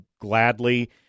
gladly